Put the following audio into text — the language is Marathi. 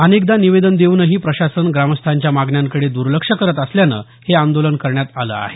अनेकदा निवेदन देऊनही प्रशासन ग्रामस्थांच्या मागण्यांकडे दुर्लक्ष करत असल्यान हे आदोलन करण्यात आल आहे